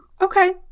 okay